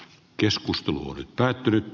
keskustelu on päättynyt